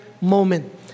moment